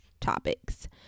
topics